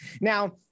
Now